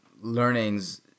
learnings